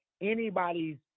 anybody's